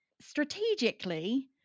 strategically